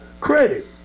credit